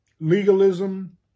legalism